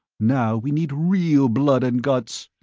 now we need real blood and guts.